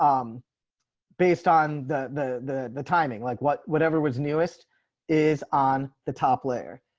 um based on the, the, the, the timing, like what whatever was newest is on the top layer.